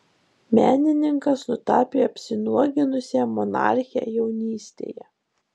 menininkas nutapė apsinuoginusią monarchę jaunystėje